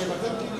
קדימה להביע